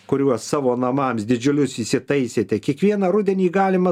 kuriuos savo namams didžiulius įsitaisėte kiekvieną rudenį galima